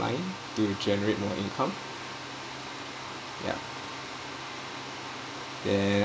to generate more income ya then